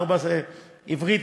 ארבע שפות: עברית,